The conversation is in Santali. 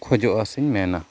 ᱠᱷᱚᱡᱚᱜᱼᱟ ᱥᱮᱧ ᱢᱮᱱᱟ